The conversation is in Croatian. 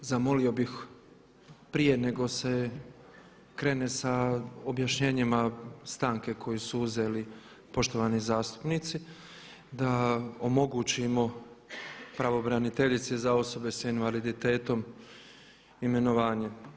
Zamolio bih prije nego se krene sa objašnjenjima stanke koju su uzeli poštovani zastupnici da omogućimo pravobraniteljici za osobe s invaliditetom imenovanje.